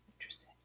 Interesting